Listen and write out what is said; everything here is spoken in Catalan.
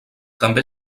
també